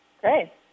Great